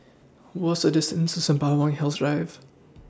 What's The distance to Sembawang Hills Drive